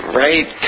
right